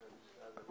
אני רוצה לשאול על זה.